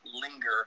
linger